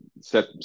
set